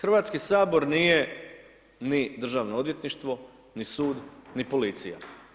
Hrvatski Sabor nije ni državno odvjetništvo, ni sud, ni policija.